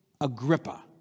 Agrippa